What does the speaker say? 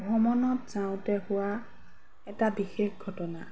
ভ্ৰমণত যাওঁতে হোৱা এটা বিশেষ ঘটনা